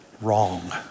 Wrong